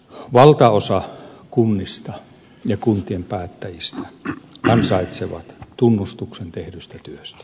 valtaosa kunnista ja kuntien päättäjistä ansaitsee tunnustuksen tehdystä työstä